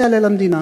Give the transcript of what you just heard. זה לא יעלה למדינה.